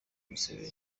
igisebe